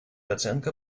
оценка